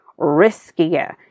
riskier